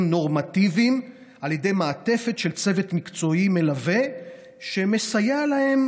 נורמטיביים על ידי מעטפת של צוות מקצועי מלווה שמסייע להם,